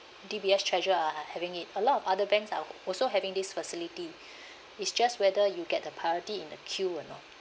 D_B_S treasure are having it a lot of other banks are also having this facility it's just whether you get the priority in the queue or not